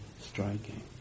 striking